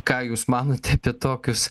ką jūs manote apie tokius